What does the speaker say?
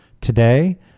Today